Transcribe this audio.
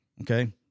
Okay